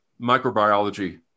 microbiology